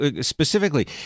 specifically